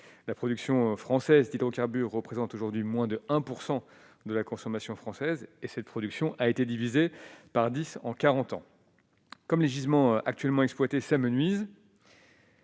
la production française d'hydrocarbures représentent aujourd'hui moins de 1 % de la consommation française et cette production a été divisée par 10 en 40 ans comme les gisements actuellement exploités s'amenuisent.